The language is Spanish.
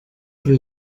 sobre